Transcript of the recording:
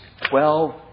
Twelve